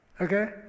okay